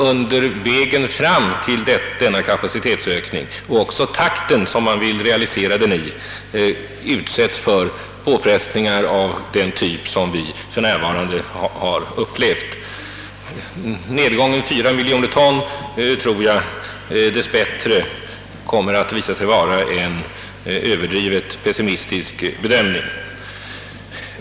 Under vägen fram till denna kapacitetsökning — och det gäller även den takt i vilken man vill realisera ökningen — kan man utsättas för påfrestningar av den typ som vi för närvarande har upplevt. Bedömningen att det år 1967 skulle bli en nedgång med 4 miljoner ton tror jag dess bättre kommer att visa sig vara överdrivet pessimistisk.